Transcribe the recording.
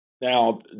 Now